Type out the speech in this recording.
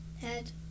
head